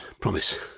promise